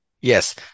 Yes